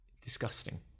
Disgusting